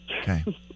Okay